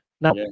Now